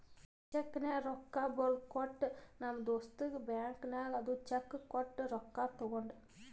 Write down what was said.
ನಾ ಚೆಕ್ನಾಗ್ ರೊಕ್ಕಾ ಬರ್ದು ಕೊಟ್ಟ ನಮ್ ದೋಸ್ತ ಬ್ಯಾಂಕ್ ನಾಗ್ ಅದು ಚೆಕ್ ಕೊಟ್ಟು ರೊಕ್ಕಾ ತಗೊಂಡ್